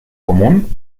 común